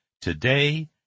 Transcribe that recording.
Today